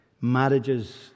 marriages